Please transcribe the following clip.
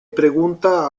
pregunta